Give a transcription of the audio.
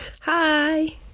Hi